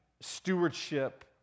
stewardship